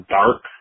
dark